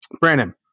Brandon